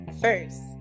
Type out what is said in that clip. first